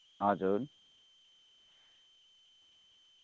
हजुर